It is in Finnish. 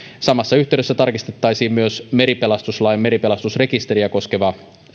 samassa yhteydessä tarkistettaisiin myös meripelastuslain meripelastusrekisteriä koskeva